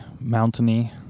mountainy